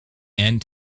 and